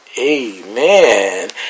amen